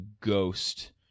ghost